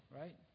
right